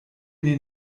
die